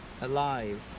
Alive